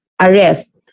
arrest